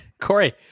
Corey